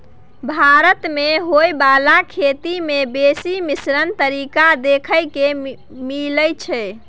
भारत मे होइ बाला खेती में बेसी मिश्रित तरीका देखे के मिलइ छै